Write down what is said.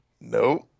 Nope